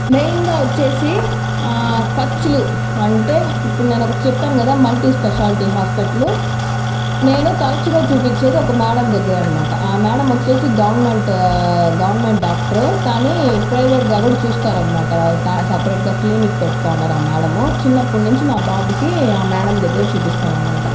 మెయిన్గా వచ్చేసి ఖర్చులు అంటే ఇప్పుడు నేను ఒకటి చెప్పాను కదా మల్టీ స్పెషాలిటీ హాస్పిటల్ నేను తరచుగా చూపించేది ఒక మ్యాడం దగ్గరే అన్నమాట ఆ మ్యాడం వచ్చేసి గవర్నమెంట్ గవర్నమెంట్ డాక్టరే కానీ ప్రైవేట్గా కూడా చూస్తారు అనమాట వాళ్లు సపరేటుగా క్లినిక్ పెట్టుకున్నారు ఆ మ్యాడము చిన్నప్పటినుంచి మా బాబుకి ఆ మ్యాడం దగ్గర చూపిస్తాము అనమాట